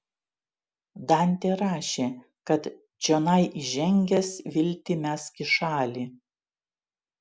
dantė rašė kad čionai įžengęs viltį mesk į šalį